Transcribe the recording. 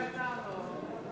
נתקבלו.